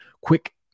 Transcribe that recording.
quick